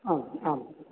आम् आम्